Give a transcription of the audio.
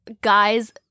guys